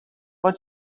let